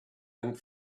and